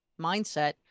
mindset